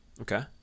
Okay